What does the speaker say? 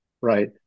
right